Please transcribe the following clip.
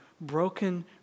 broken